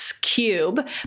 cube